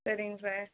சரிங்க சார்